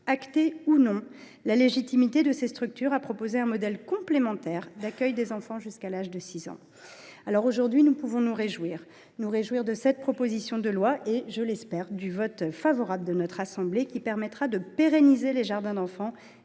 acter la légitimité de ces structures à proposer un modèle complémentaire d’accueil des enfants jusqu’à l’âge de 6 ans, ou la leur dénier. Aujourd’hui, nous pouvons nous réjouir de cette proposition de loi et, je l’espère, du vote favorable de notre assemblée, qui permettra de pérenniser les jardins d’enfants